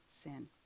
sin